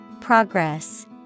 Progress